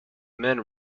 men